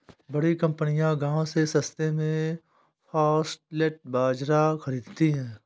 बड़ी कंपनियां गांव से सस्ते में फॉक्सटेल बाजरा खरीदती हैं